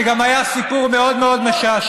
זה גם היה סיפור מאוד משעשע,